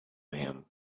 him